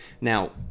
Now